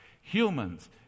Humans